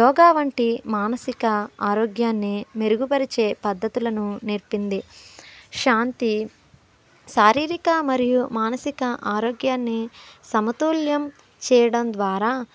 యోగా వంటి మానసిక ఆరోగ్యాన్ని మెరుగుపరిచే పద్ధతులను నేర్పింది శాంతి శారీరక మరియు మానసిక ఆరోగ్యాన్ని సమతుల్యం చేయడం ద్వారా